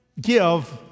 give